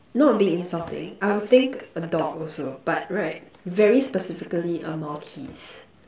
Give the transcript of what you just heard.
not being insulting I would think a dog also but right very specifically a Maltese